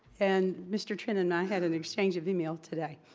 and mr. trunam and i had an exchange of emails today.